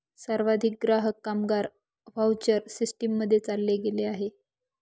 सर्वाधिक ग्राहक, कामगार व्हाउचर सिस्टीम मध्ये चालले गेले आहे